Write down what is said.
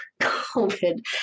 COVID